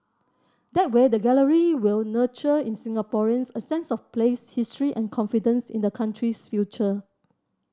that way the gallery will nurture in Singaporeans a sense of place history and confidence in the country's future